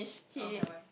oh haven't